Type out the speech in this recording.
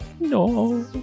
No